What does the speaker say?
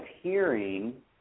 hearing